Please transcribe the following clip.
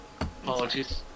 Apologies